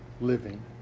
living